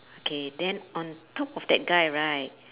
okay then on top of that guy right